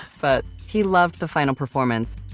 but he loved the final performance